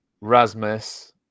Rasmus